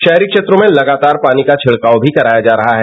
शहरी क्षेत्रों में लगातार पानी का छिड़काव भी कराया जा रहा है